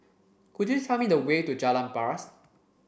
could you tell me the way to Jalan Paras